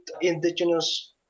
indigenous